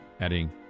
adding